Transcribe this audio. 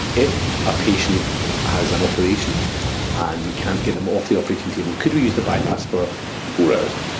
if a patient has an operation and we can't get them off the operating table, could we use the bypass for four hours,